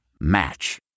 Match